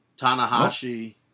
Tanahashi